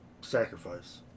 Sacrifice